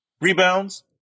Rebounds